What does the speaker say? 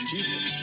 Jesus